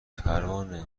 پروانه